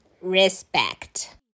Respect